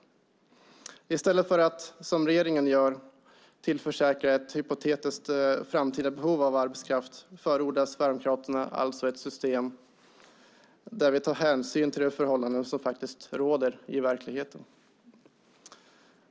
I stället för att, som regeringen gör, tillförsäkra ett hypotetiskt framtida behov av arbetskraft förordar Sverigedemokraterna alltså ett system där vi tar hänsyn till de förhållanden som råder i verkligheten.